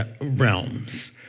realms